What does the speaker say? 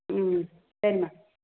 ம் சரிம்மா